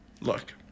Look